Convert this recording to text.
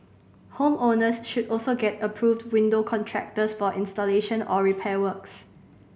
home owners should also get approved window contractors for installation or repair works